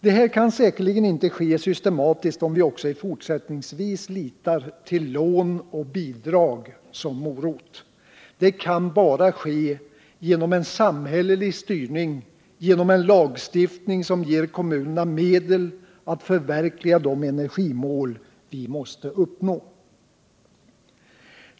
Detta kan säkerligen inte ske systematiskt om vi också fortsättningsvis bara litar till lån och bidrag som morot. Det kan bara ske genom en samhällelig styrning, genom en lagstiftning som ger kommunerna medel att förverkliga de energimål vi måste uppnå.